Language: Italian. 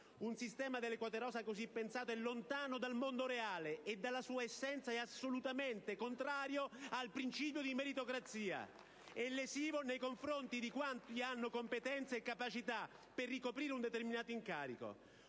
Un sistema delle quote rosa così pensato è lontano dal mondo reale e dalla sua essenza, assolutamente contrario al principio di meritocrazia e lesivo nei confronti di quanti hanno competenza e capacità per ricoprire un determinato incarico.